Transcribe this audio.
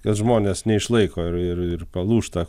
kad žmonės neišlaiko ir ir palūžta